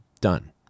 done